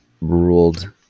ruled